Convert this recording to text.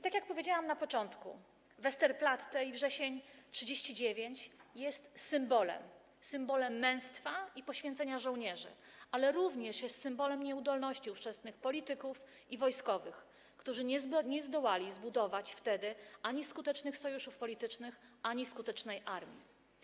Tak jak powiedziałam na początku, Westerplatte i Wrzesień ’39 jest symbolem, symbolem męstwa i poświęcenia żołnierzy, ale również jest symbolem nieudolności ówczesnych polityków i wojskowych, którzy nie zdołali zbudować wtedy ani skutecznych sojuszów politycznych, ani skutecznej armii.